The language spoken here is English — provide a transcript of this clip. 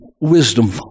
wisdom